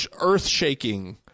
earth-shaking